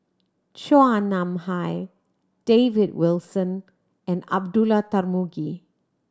Chua Nam Hai David Wilson and Abdullah Tarmugi